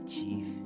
Chief